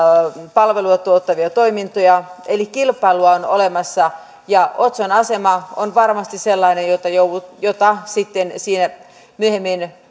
palvelua tuottavia toimintoja eli kilpailua on olemassa otson asema on varmasti sellainen jota sitten siinä myöhemmin